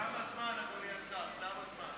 תם הזמן, אדוני סגן השר, תם הזמן.